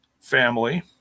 family